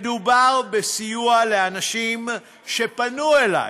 מדובר בסיוע לאנשים שפנו אלי